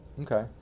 Okay